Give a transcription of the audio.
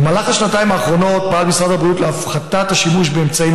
במהלך השנתיים האחרונות פעל משרד הבריאות להפחתת השימוש באמצעים